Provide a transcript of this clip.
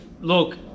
Look